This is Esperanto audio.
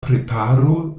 preparo